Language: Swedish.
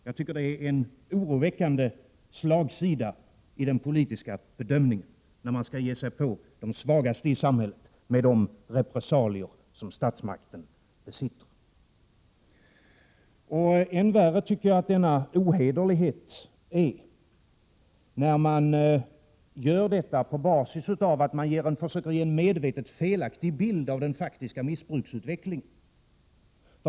Jag tycker att det är en oroväckande slagsida i den politiska bedömningen när man skall ge sig på de svagaste i samhället med de repressalier som statsmakten besitter. Än värre tycker jag att denna ohederlighet är när man gör detta på basis av att man försöker ge en medvetet felaktig bild av den faktiska missbruksutvecklingen.